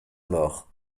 mort